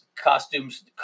Costumes